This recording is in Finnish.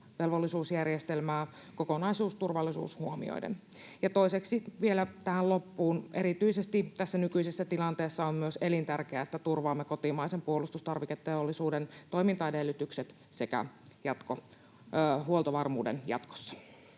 asevelvollisuusjärjestelmää kokonaisuus, turvallisuus huomioiden. Ja toiseksi vielä tähän loppuun: erityisesti tässä nykyisessä tilanteessa on myös elintärkeää, että turvaamme kotimaisen puolustustarviketeollisuuden toimintaedellytykset sekä huoltovarmuuden jatkossa.